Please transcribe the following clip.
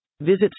Visit